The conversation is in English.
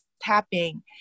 tapping